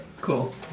Cool